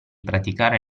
praticare